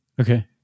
Okay